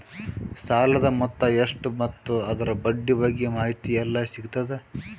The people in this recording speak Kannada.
ಸಾಲದ ಮೊತ್ತ ಎಷ್ಟ ಮತ್ತು ಅದರ ಬಡ್ಡಿ ಬಗ್ಗೆ ಮಾಹಿತಿ ಎಲ್ಲ ಸಿಗತದ?